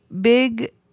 big